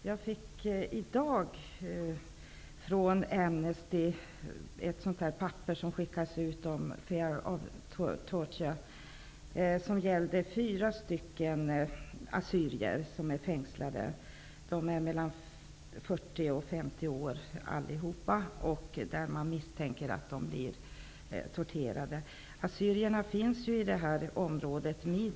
Herr talman! Jag fick i dag från Amnesty ett papper om ''fear of torture''. Det gällde fyra fängslade assyrier. De är mellan 40 och 50 år gamla. Man misstänker att de blir torterade. Assyrierna finns ju i Mideat området.